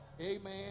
amen